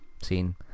seen